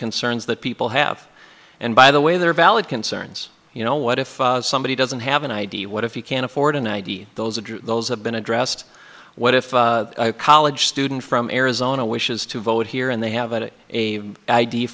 concerns that people have and by the way there are valid concerns you know what if somebody doesn't have an i d what if you can't afford an i d those are those have been addressed what if college student from arizona wishes to vote here and they have it a i